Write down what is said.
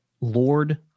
Lord